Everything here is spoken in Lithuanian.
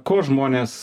ko žmonės